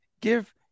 Give